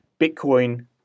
Bitcoin